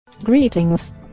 Greetings